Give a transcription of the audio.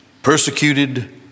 persecuted